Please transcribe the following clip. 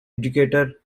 educator